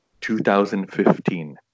2015